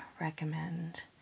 recommend